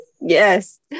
Yes